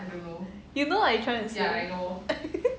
you know what I trying to say